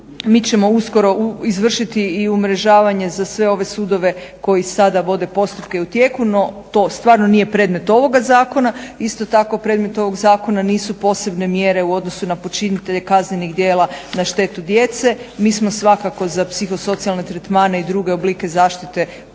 Mi ćemo uskoro izvršiti i umrežavanja za sve ove sudove koji sada vode postupke u tijeku. No to stvarno nije predmet ovoga zakona. Isto tako predmet ovog zakona nisu posebne mjere u odnosu na počinitelje kaznenih djela na štetu djece. Mi smo svakako za psihosocijalne tretmane i druge oblike zaštite počinitelja